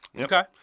Okay